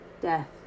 death